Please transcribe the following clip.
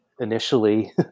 initially